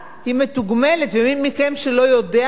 ומי מכם שלא יודע, שידע עכשיו.